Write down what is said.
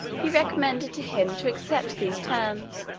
he recommended to him to accept these terms,